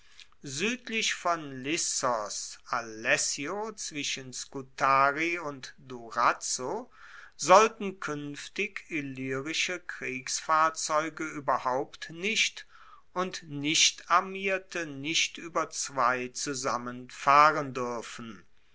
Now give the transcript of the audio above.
suedlich von lissos alessio zwischen scutari und durazzo sollten kuenftig illyrische kriegsfahrzeuge ueberhaupt nicht und nicht armierte nicht ueber zwei zusammen fahren duerfen